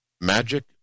magic